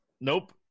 Nope